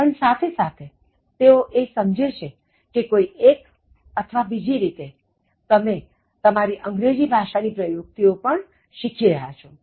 પણ સાથે સાથે તેઓ એ સમજે છે કે કોઈ એક અથવા બીજી રીતે તમે તમારી અંગ્રેજી ભાષા ની પ્રયુક્તિઓ પણ શીખી રહ્યા છો